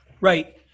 Right